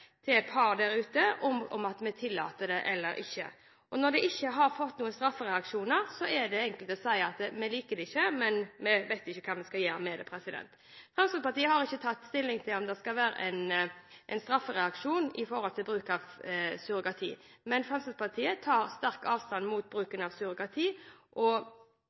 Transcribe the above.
til par om hvorvidt vi tillater surrogati eller ikke? Når det ikke er noen straffereaksjon, er det enkelt å si at vi liker det ikke, men vi vet ikke hva vi skal gjøre med det. Fremskrittspartiet har ikke tatt stilling til om det skal være en straffereaksjon når det gjelder surrogati, men tar sterkt avstand fra bruken av surrogati og